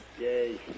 Yay